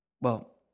Well